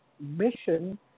mission